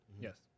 Yes